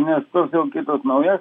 nes tos jau kitos naujos